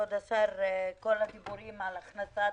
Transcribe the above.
כבוד השר, את כל הדיבורים על הכנסת